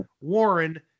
Warren